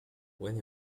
when